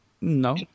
No